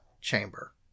chamber